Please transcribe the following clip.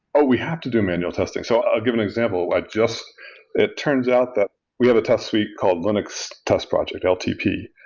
oh, we have to do manual testing. so i'll give an example. like it turns out that we have a test we called linux test project, ltp.